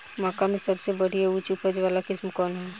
मक्का में सबसे बढ़िया उच्च उपज वाला किस्म कौन ह?